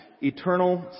eternal